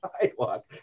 sidewalk